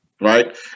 right